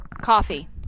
Coffee